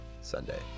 sunday